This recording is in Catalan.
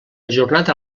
jornada